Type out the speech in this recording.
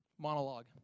monologue